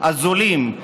הזולים,